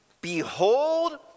behold